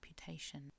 reputation